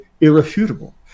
irrefutable